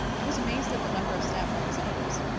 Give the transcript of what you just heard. i was amazed at the number of staff representatives.